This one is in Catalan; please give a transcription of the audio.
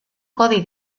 codi